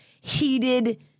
heated